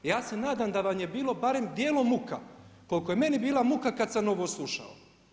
Ja se nadam da vam je bilo barem dijelom muka, koliko je meni bila muka kad sam ovo slušao.